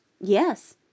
Yes